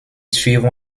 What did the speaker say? suivent